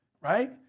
right